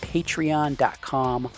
patreon.com